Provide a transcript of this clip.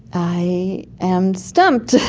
i am stumped.